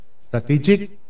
strategic